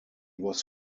was